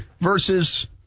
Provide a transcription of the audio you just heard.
versus